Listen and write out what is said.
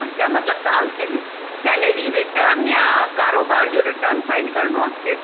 अच्छा मतलबु तव्हां खे सैलरी रिटर्न या कारोबार जो रिटर्न जो फ़ाइल करिणो आहे